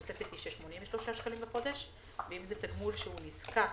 התוספת היא של 83 שקלים לחודש ואם זה תגמול שהוא נזקק,